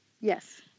Yes